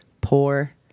Poor